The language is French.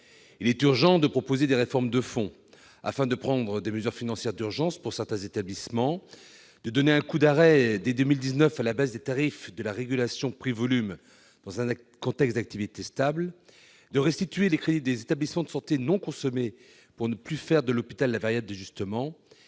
Il est impératif de proposer des réformes de fond, afin de prendre des mesures financières d'urgence pour certains établissements, de donner un coup d'arrêt dès 2019 à la baisse des tarifs de la régulation prix-volume dans un contexte d'activité stable et de restituer les crédits des établissements de santé non consommés, pour ne plus faire de l'hôpital une variable justement.